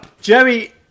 Jerry